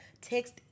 text